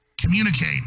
communicate